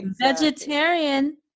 vegetarian